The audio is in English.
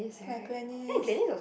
like Glenis